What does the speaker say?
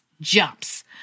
jumps